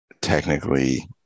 technically